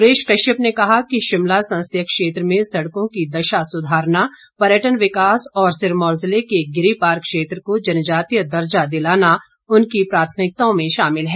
सुरेश कश्यप ने कहा कि शिमला संसदीय क्षेत्र में सड़कों की दशा सुरधारना पर्यटन विकास और सिरमौर जिले के गिरिपार क्षेत्र को जनजातीय दर्जा दिलाना उनकी प्राथमिकताओं में शामिल है